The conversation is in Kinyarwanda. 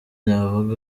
navuga